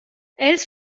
els